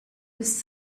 was